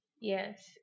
Yes